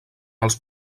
els